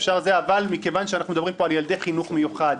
אבל מכיוון שאנחנו מדברים פה על ילדי חינוך מיוחד,